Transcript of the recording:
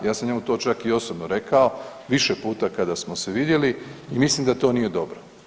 Ja sam njemu to čak i osobno rekao više puta kada smo se vidjeli i mislim da to nije dobro.